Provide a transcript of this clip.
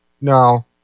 No